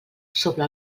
sobre